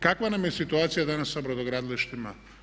Kakva nam je situacija danas sa brodogradilištima?